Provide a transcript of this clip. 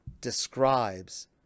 describes